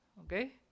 Okay